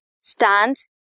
stands